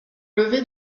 lever